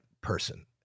person